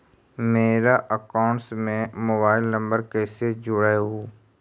मेरा अकाउंटस में mobile number कैसे जुड़उ?